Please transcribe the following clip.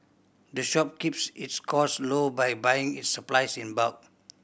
the shop keeps its cost low by buying its supplies in bulk